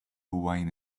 wine